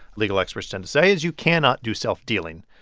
legal experts tend to say, is you cannot do self-dealing.